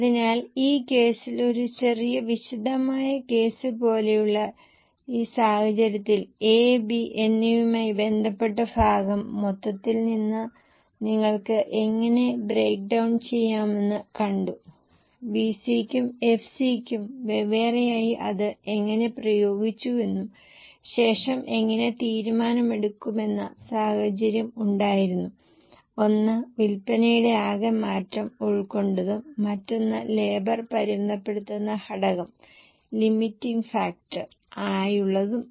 അതിനാൽ ഈ കേസിൽ ഒരു ചെറിയ വിശദമായ കേസ് പോലെയുള്ള ഈ സാഹചര്യത്തിൽ A B എന്നിവയുമായി ബന്ധപ്പെട്ട ഭാഗം മൊത്തത്തിൽ നിന്ന് നിങ്ങൾക്ക് എങ്ങനെ ബ്രേക്ക് ഡൌൺ ചെയ്യാമെന്ന് കണ്ടു വിസിക്കും എഫ്സിക്കും വെവ്വേറെയായി അത് എങ്ങനെ പ്രയോഗിച്ചുവെന്നും ശേഷം എങ്ങനെ തീരുമാനമെടുക്കുമെന്ന സാഹചര്യം ഉണ്ടായിരുന്നു ഒന്ന് വിൽപ്പനയുടെ ആകെ മാറ്റം ഉൾക്കൊണ്ടതും മറ്റൊന്ന് ലേബർ പരിമിതപ്പെടുത്തുന്ന ഘടകം ആയുള്ളതും